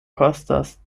kostas